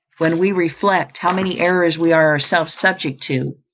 when we reflect how many errors we are ourselves subject to,